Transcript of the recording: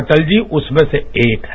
अटल जी उसमें से एक हैं